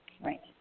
right